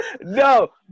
no